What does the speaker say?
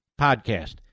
Podcast